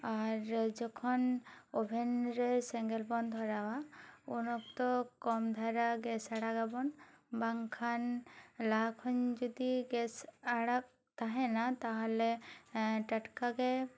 ᱟᱨ ᱡᱚᱠᱷᱚᱱ ᱳᱵᱷᱮᱱ ᱨᱮ ᱥᱮᱸᱜᱮᱞ ᱵᱚᱱ ᱫᱷᱚᱨᱟᱣᱼᱟ ᱩᱱ ᱚᱠᱛᱚ ᱠᱚᱢ ᱫᱷᱟᱨᱟ ᱜᱮᱥ ᱟᱲᱟᱜᱟᱵᱚᱱ ᱵᱟᱝᱠᱷᱟᱱ ᱞᱟᱦᱟ ᱠᱷᱚᱱ ᱡᱩᱫᱤ ᱜᱮᱥ ᱟᱲᱟᱜ ᱛᱟᱦᱮᱱᱟ ᱛᱟᱦᱚᱞᱮ ᱴᱟᱴᱠᱟ ᱜᱮ